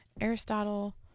Aristotle